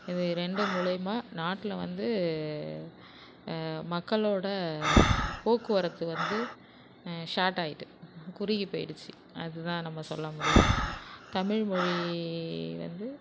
இது ரெண்டும் மூலயமா நாட்டில வந்து மக்களோடய போக்குவரத்து வந்து ஷார்ட் ஆகிட்டு குறுகி போயிடிச்சி அது தான் நம்ம சொல்ல முடியும் தமிழ்மொழி வந்து